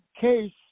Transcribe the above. case